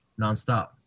nonstop